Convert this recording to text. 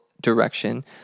direction